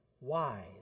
wise